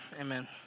amen